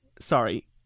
Sorry